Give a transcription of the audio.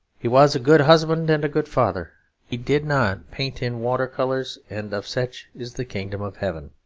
he was a good husband and a good father he did not paint in water colours and of such is the kingdom of heaven.